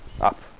up